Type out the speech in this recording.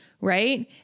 right